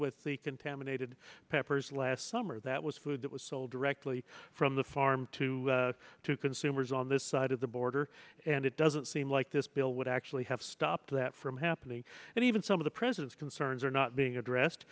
with the contaminated peppers last summer that was food that was sold directly from the farm to to consumers on this side of the border and it doesn't seem like this bill would actually have stopped that from happening and even some of the president's concerns are not being addressed